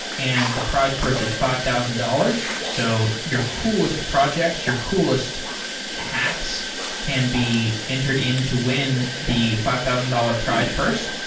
and the prize purse is five thousand dollars. so your coolest projects, your coolest hacks can be entered into win the five thousand dollars prize purse.